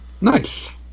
Nice